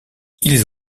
ils